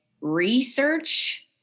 research